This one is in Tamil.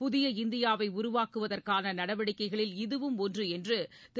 புதிய இந்தியாவைஉருவாக்குவதற்கானநடவடிக்கைகளில் இதுவும் இஒன்றுஎன்றுதிரு